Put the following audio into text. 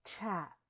chat